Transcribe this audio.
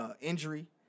injury